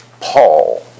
Paul